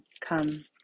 Come